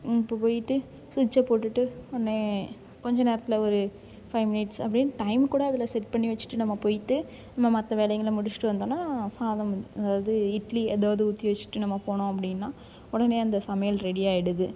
இப்போ போய்ட்டு ஸ்விட்ச்சை போட்டுட்டு உடனே கொஞ்ச நேரத்தில் ஒரு ஃபைவ் மினிட்ஸ் அப்படின்னு டைம் கூட அதில் செட் பண்ணி வைச்சிட்டு நம்ம போய்ட்டு நம்ம மற்ற வேலைகள முடிச்சுட்டு வந்தோம்னா சாதம் அதாவது இட்லி ஏதாவது ஊற்றி வைச்சிட்டு நம்ம போனோம் அப்படின்னா உடனே அந்த சமையல் ரெடி ஆகிடுது